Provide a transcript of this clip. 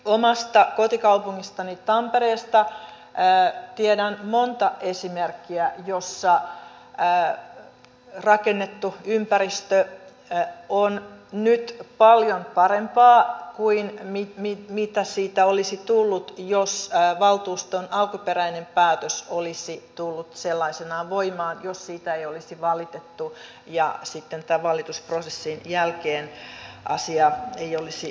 omasta kotikaupungistani tampereelta tiedän monta esimerkkiä joissa rakennettu ympäristö on nyt paljon parempaa kuin mitä siitä olisi tullut jos valtuuston alkuperäinen päätös olisi tullut sellaisenaan voimaan jos siitä ei olisi valitettu ja sitten tämän valitusprosessin jälkeen asia ei olisi muuttunut